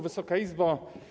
Wysoka Izbo!